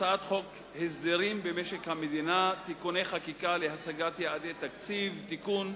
הצעת חוק הסדרים במשק המדינה (תיקוני חקיקה להשגת יעדי התקציב) (תיקון,